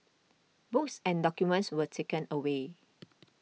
books and documents were taken away